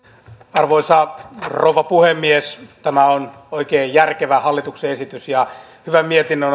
arvoisa rouva puhemies tämä on oikein järkevä hallituksen esitys ja hyvän mietinnön